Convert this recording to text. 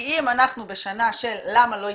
אם אנחנו בשנה של "למה לא התלוננתי?"